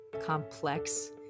complex